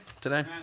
today